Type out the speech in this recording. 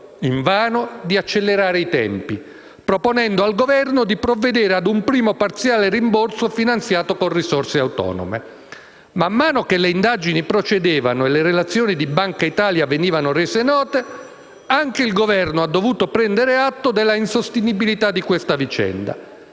invano di accelerare i tempi, proponendo al Governo di provvedere a un primo parziale rimborso finanziato con risorse autonome. Man mano che le indagini procedevano e le relazioni della Banca d'Italia venivano rese note, anche il Governo ha dovuto prendere atto dell'insostenibilità di questa vicenda,